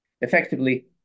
Effectively